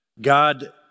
God